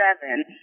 seven